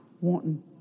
wanting